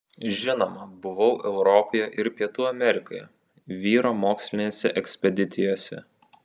žinoma buvau europoje ir pietų amerikoje vyro mokslinėse ekspedicijose